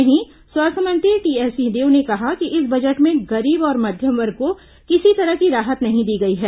वहीं स्वास्थ्य मंत्री टीएस सिंहदेव ने कहा कि इस बजट में गरीब और मध्यम वर्ग को किसी तरह की राहत नहीं दी गई है